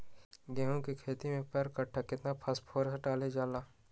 गेंहू के खेती में पर कट्ठा केतना फास्फोरस डाले जाला?